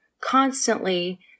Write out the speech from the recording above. constantly